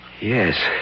Yes